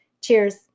cheers